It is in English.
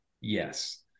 yes